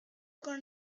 con